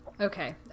Okay